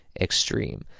extreme